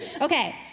Okay